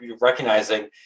recognizing